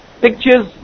pictures